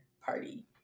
party